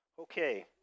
Okay